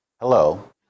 Hello